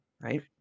right